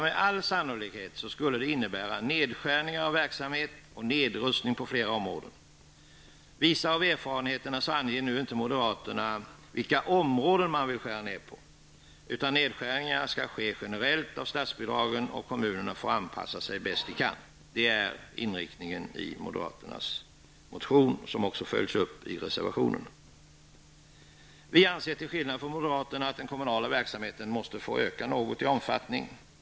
Med all sannolikhet skulle detta innebära nedskärningar av verksamhet och nedrustning på flera områden. Visa av erfarenheterna anger moderaterna numera inte på vilka områden de vill skära ned, utan nedskärningarna skall ske generellt av statsbidragen, och kommunerna får anpassa sig bäst de kan. Det är inriktningen i moderaternas motion som också följs upp i en reservation. Vi anser till skillnad från moderaterna att den kommunala verksamheten måste få öka något i omfattning.